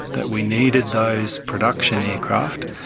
that we needed those production aircraft,